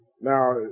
Now